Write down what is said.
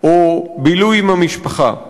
או בילוי עם המשפחה.